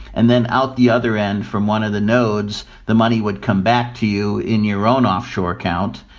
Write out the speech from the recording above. and then out the other end from one of the nodes, the money would come back to you in your own offshore account.